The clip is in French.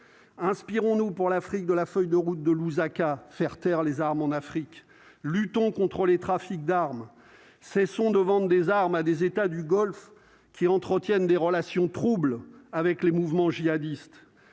inspirons-nous pour l'Afrique de la feuille de route de Lusaka, faire taire les armes en Afrique, luttons contre les trafics d'armes, cessons de vente des armes à des États du Golfe qui entretiennent des relations troubles avec les mouvements jihadistes